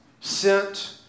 sent